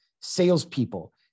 Salespeople